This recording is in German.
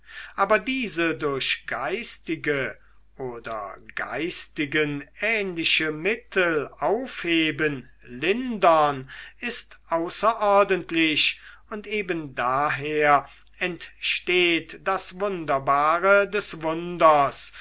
aber diese durch geistige oder geistigen ähnliche mittel aufheben lindern ist außerordentlich und eben daher entsteht das wunderbare des wunders